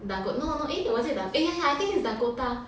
dako~ no no eh was it ah eh ya ya I think it's dakota